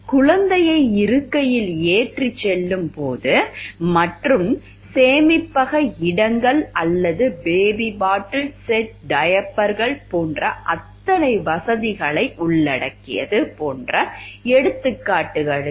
குழந்தையை இருக்கையில் ஏற்றிச் செல்லும் போது மற்றும் சேமிப்பக இடங்கள் அல்லது பேபி பாட்டில் செட் டயப்பர்கள் போன்ற எத்தனை வசதிகளை உள்ளடக்குவது போன்ற எடுத்துக்காட்டுகளுக்கு